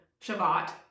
Shavat